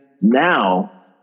now